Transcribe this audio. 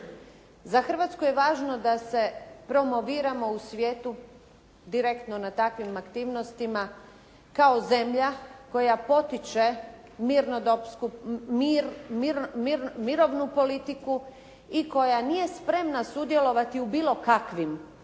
Za Hrvatsku je važno da se promoviramo u svijetu direktno na takvim aktivnostima kao zemlja koja potiče mirnodopsku, mir, mirovnu politiku i koja nije spremna sudjelovati u bilo kakvim